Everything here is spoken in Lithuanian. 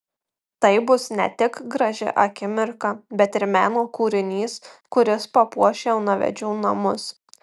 tai bus ne tik graži akimirka bet ir meno kūrinys kuris papuoš jaunavedžių namus